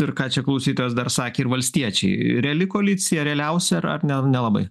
ir ką čia klausytojas dar sakė ir valstiečiai reali koalicija realiausia ar ar nel nelabai